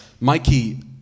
Mikey